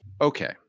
Okay